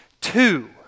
Two